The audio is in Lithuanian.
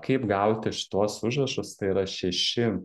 kaip gauti šituos užrašus tai yra šeši